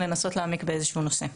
לנסות להעמיק באיזשהו נושא.